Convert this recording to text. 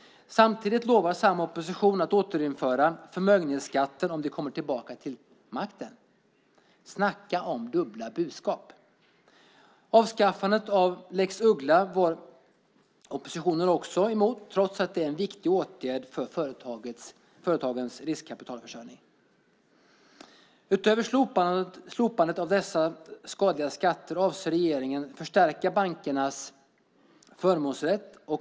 Samtidigt lovar samma opposition att återinföra förmögenhetsskatten om den kommer tillbaka till makten. Snacka om dubbla budskap! Avskaffandet av lex Uggla var oppositionen också emot, trots att det är en viktig åtgärd för företagens riskkapitalförsörjning. Utöver slopandet av dessa skadliga skatter avser regeringen att förstärka bankernas förmånsrätt.